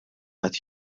qed